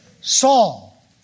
Saul